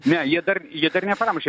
ne jie dar jie dar nepramušė